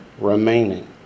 remaining